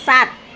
सात